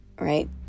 Right